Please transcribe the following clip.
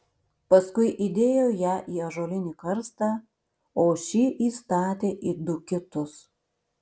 paskui įdėjo ją į ąžuolinį karstą o šį įstatė į du kitus